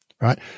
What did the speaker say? Right